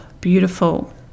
beautiful